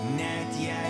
net jei